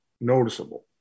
noticeable